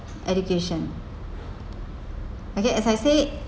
education okay as I say